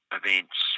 events